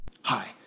Hi